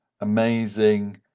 amazing